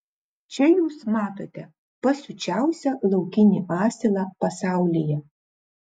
čia jūs matote pasiučiausią laukinį asilą pasaulyje